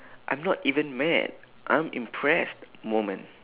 I'm not even mad I'm impressed moment